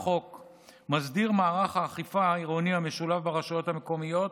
מסדיר את מערך האכיפה העירוני המשולב ברשויות המקומיות,